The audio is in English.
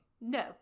No